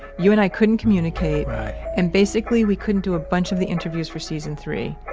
you and i couldn't communicate right and basically we couldn't do a bunch of the interviews for season three,